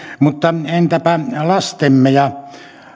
mutta entäpä lastemme ja